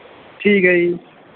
ਠੀਕ ਹੈ ਜੀ